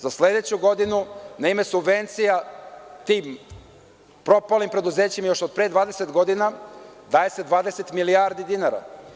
Za sledeću godinu na ime subvencija tim propalim preduzećima još od pre 20 godina daje se 20 milijardi dinara.